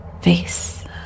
Face